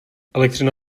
elektřina